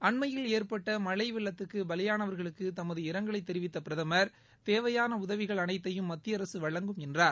அண்மையில் ஏற்பட்ட மழை வெள்ளத்துக்கு பலியானவா்களுக்கு தமது இரங்கலை தெரிவித்த பிரதமா் தேவையான உதவிகள் அனைத்தையும் மத்திய அரசு வழங்கும் என்றார்